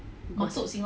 move out